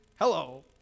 hello